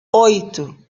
oito